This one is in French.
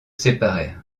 séparèrent